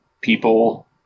people